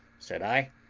said i.